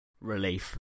Relief